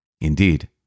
Indeed